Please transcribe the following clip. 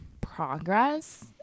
progress